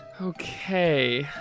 Okay